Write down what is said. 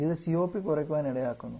ഇത് COP കുറയ്ക്കുവാൻ ഇടയാക്കുന്നു